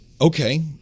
Okay